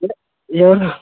ఎం